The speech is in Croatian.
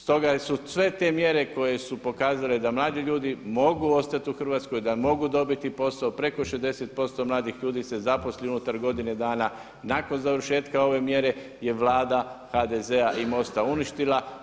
Stoga su sve te mjere koje su pokazale da mladi ljudi mogu ostati u Hrvatskoj, da mogu dobiti posao preko 60% mladih ljudi se zaposli unutar godine dana, nakon završetka ove mjere je Vlada HDZ-a i MOST-a uništila.